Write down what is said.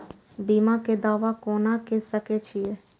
बीमा के दावा कोना के सके छिऐ?